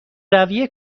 روی